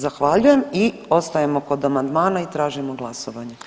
Zahvaljujem i ostajemo kod amandmana i tražimo glasovanje.